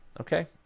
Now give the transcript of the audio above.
okay